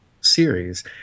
series